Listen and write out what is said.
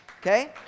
okay